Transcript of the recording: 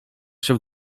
się